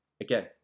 again